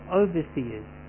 overseers